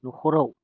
न'खराव